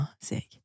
sick